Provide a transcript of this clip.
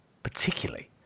particularly